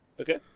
Okay